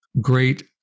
Great